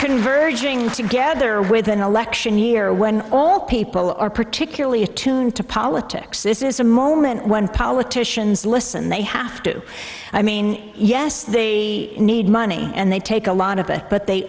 converging together with an election year when all people are particularly attuned to politics this is a moment when politicians listen they have to i mean yes the need money and they take a lot of it but they